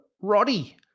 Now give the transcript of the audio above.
Roddy